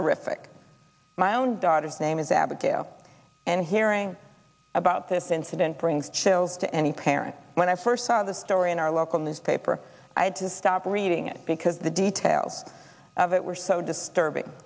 horrific my daughter's name is abigail and hearing about this incident brings chills to any parent when i first saw this story in our local newspaper i had to stop reading it because the details of it were so disturbing